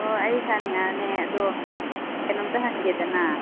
ꯑꯣ ꯑꯩ ꯁꯥꯅꯤꯌꯥꯅꯦ ꯑꯗꯣ ꯀꯩꯅꯣꯝꯇ ꯍꯪꯒꯦꯗꯅ